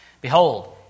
Behold